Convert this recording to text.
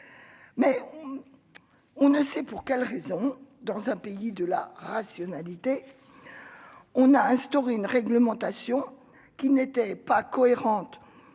mais on ne sait pour quelle raison dans un pays de la rationalité, on a instauré une réglementation qui n'était pas cohérente